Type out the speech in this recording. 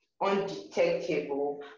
undetectable